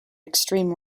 extreme